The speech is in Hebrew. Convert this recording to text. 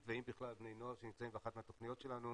ואם בכלל בני נוער שנמצאים באחת מהתוכניות שלנו.